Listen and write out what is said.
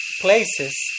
places